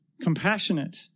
compassionate